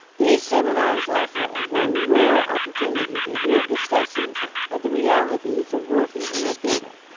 these seminars offer a very rare opportunity to hear discussions of the realities of working in the theatre,